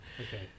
Okay